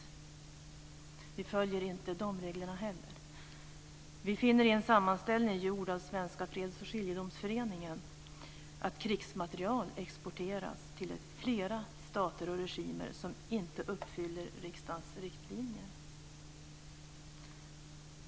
Vi följer inte heller dessa regler. Vi finner i en sammanställning gjord av Svenska freds och skiljedomsföreningen att krigsmateriel exporteras till flera stater och regimer som inte uppfyller riksdagens riktlinjer.